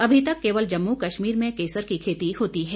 अभी तक केवल जम्मू कश्मीर में केसर की खेती होती है